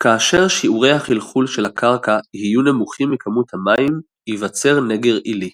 כאשר שיעורי החלחול של הקרקע יהיו נמוכים מכמות המים ייווצר נגר עילי.